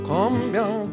Combien